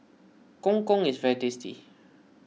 Gong Gong is very tasty